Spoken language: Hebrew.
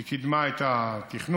היא קידמה את התכנון,